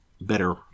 better